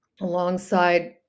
alongside